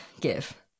give